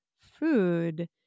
food